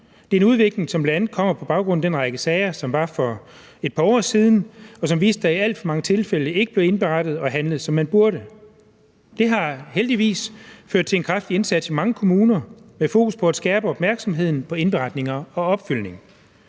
Det er en udvikling, som bl.a. kommer på baggrund af den række sager, som var der for et par år siden, og som viste, at der i alt for mange tilfælde ikke blev indberettet og handlet, som man burde. Det har – heldigvis – ført til en kraftig indsats i mange kommuner med fokus på at skærpe opmærksomheden på indberetning og opfølgning.